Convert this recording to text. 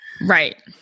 Right